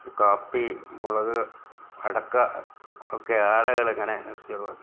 കാപ്പി മുളക് അടക്ക ഒക്കെ ആനകളിങ്ങനെ നശിപ്പിച്ചുകൊണ്ടിരിക്കുകയാണ്